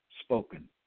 spoken